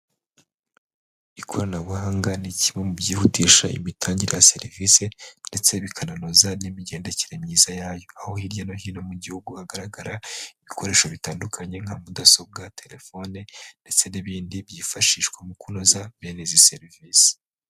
Ikoranabuhanga ni kimwe mu byihutisha imitangire ya serivisi ndetse bikanoza n'imigendekere myiza yayo, aho hirya no hino mu gihugu hagaragara ibikoresho bitandukanye nka mudasobwa, telefone ndetse n'ibindi byifashishwa mu kunoza bene izi serivisi.